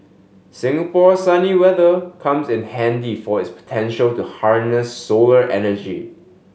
Singapore's sunny weather comes in handy for its potential to harness solar energy